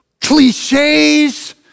cliches